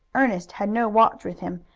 ernest had no watch with him,